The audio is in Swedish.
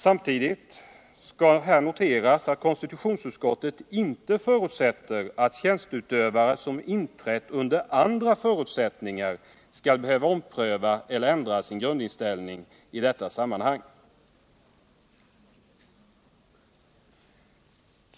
Samtidigt skall här noteras att konstitutionsutskottet inte förutsätter att tjänsteutövare, som inträtt under andra förutsättningar. skall behöva ompröva celler ändra sin grundinställning i detta sammanhang.